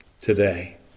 Today